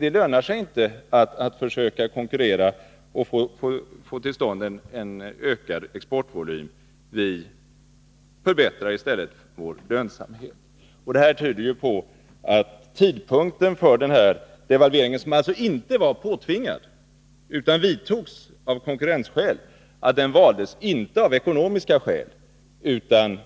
Det lönar sig inte att försöka konkurrera och få till stånd en ökad exportvolym. Vi förbättrar i stället vår lönsamhet. Det här tyder på att tidpunkten för den aktuella devalveringen, som alltså inte var påtvingad utan som vidtogs av konkurrensskäl, inte valdes av ekonomiska skäl utan